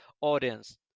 audience